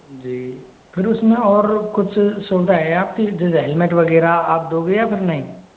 जी फिर उसमें और कुछ सौदा है आपकी जैसे हेलमेट वगैरह आप दोगे या फिर नहीं